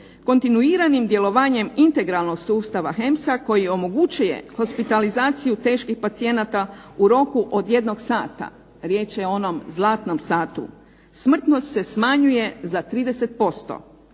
kontinuiranjem djelovanjem sustava HEMSa koji omogućuje hospitalizaciju teških pacijenata u roku od jedno sata. Riječ je o onom zlatnom satu. Smrtnost se smanjuje za 30%